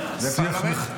זה פרלמנט.